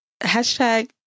Hashtag